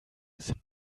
sind